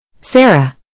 Sarah